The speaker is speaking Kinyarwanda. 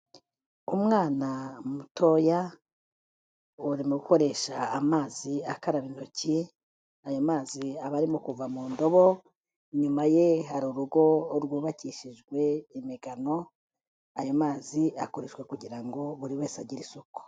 Umwana mutoya, urimo ukoresha amazi akaba intoki, ayo mazi aba arimo kuva mu ndobo, inyuma ye hari urugo rwubakishijwe imigano, ayo mazi akoreshwa kugira ngo, buri wese agire isuku.